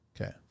Okay